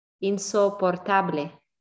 insoportable